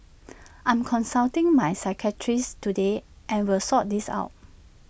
I'm consulting my psychiatrist today and will sort this out